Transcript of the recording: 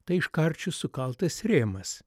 tai iš karčių sukaltas rėmas